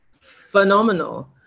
phenomenal